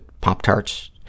Pop-Tarts